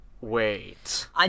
Wait